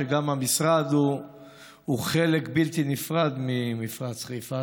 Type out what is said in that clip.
וגם המשרד הוא חלק בלתי נפרד ממפרץ חיפה,